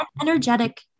energetic